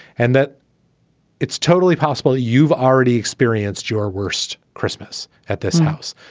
and that it's totally possible. you've already experienced your worst christmas at this house,